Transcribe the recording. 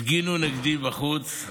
הפגינו נגדי בחוץ,